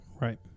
Right